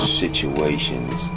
situations